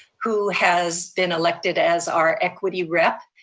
who has been elected as our equity rep.